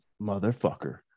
motherfucker